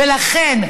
ולכן,